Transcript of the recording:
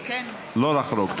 לא לחרוג.